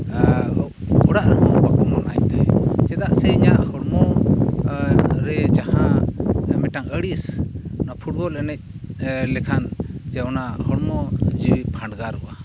ᱟᱨ ᱚᱲᱟᱜ ᱨᱮᱦᱚᱸ ᱵᱟᱠᱚ ᱢᱟᱱᱟᱧ ᱛᱟᱦᱮᱫ ᱪᱮᱫᱟᱜ ᱥᱮ ᱤᱧᱟᱹᱜ ᱦᱚᱲᱢᱚ ᱨᱮ ᱡᱟᱦᱟᱸ ᱢᱤᱫᱴᱟᱝ ᱟᱹᱲᱤᱥ ᱱᱚᱣᱟ ᱯᱷᱩᱴᱵᱚᱞ ᱮᱱᱮᱡ ᱞᱮᱠᱷᱟᱱ ᱡᱮ ᱚᱱᱟ ᱦᱚᱲᱢᱚ ᱡᱤᱣᱤ ᱯᱷᱟᱰᱜᱟᱨᱚᱜᱼᱟ